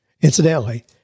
Incidentally